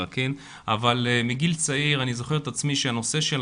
אבל מגיל צעיר אני זוכר את עצמי שנושא של